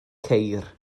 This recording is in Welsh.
ceir